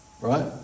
Right